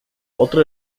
otro